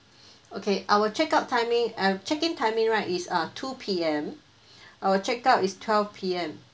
okay our check out timing err checking timing right is err two PM err check out is twelve PM